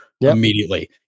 immediately